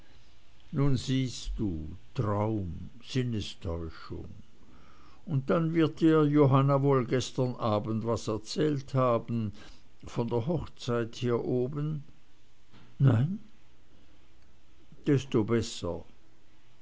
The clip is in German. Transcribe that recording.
nun siehst du traum sinnestäuschung und dann wird dir johanna wohl gestern abend was erzählt haben von der hochzeit hier oben nein desto besser